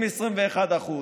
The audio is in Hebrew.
עם 21%,